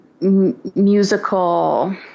musical